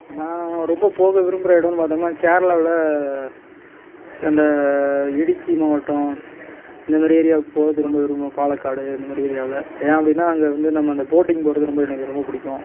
நான் ரொம்ப போக விரும்புகிற இடம்னு பார்த்தோம்னா கேரளாவில் அந்த இடிக்கி மாவட்டம் அந்த மாதிரி ஏரியாவுக்கு போக ரொம்ப விரும்புவேன் பாலக்காடு இந்த மாதிரி ஏரியாவில் ஏன் அப்படினா அங்கே வந்து நம்ம அந்த போட்டிங் போகிறது ரொம்ப எனக்கு ரொம்ப பிடிக்கும்